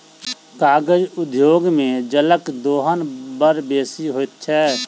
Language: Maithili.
कागज उद्योग मे जलक दोहन बड़ बेसी होइत छै